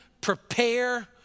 prepare